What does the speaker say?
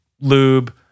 lube